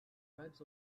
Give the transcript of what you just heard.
drives